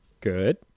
Good